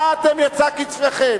מה אתם יצא קצפכם?